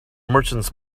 merchants